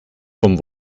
vom